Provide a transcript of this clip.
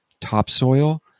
topsoil